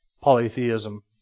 Polytheism